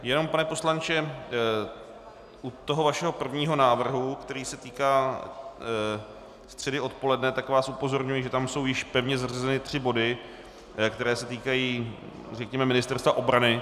Jenom pane poslanče, u toho vašeho prvního návrhu, který se týká středy odpoledne, tak vás upozorňuji, že tam jsou již pevně zařazeny tři body, které se týkají, řekněme, Ministerstva obrany.